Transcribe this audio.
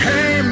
Hey